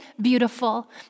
beautiful